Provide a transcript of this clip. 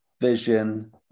Vision